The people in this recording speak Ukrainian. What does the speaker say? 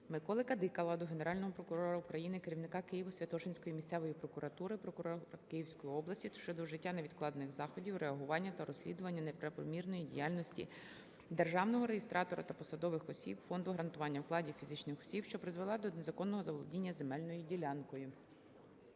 Миколи Кадикала до Генерального прокурора України, керівника Києво-Святошинської місцевої прокуратури, прокурора Київської області щодо вжиття невідкладних заходів реагування та розслідування неправомірної діяльності державного реєстратора та посадових осіб Фонду гарантування вкладів фізичних осіб, що призвела до незаконного заволодіння земельною ділянкою.